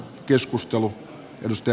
keskustelu emusta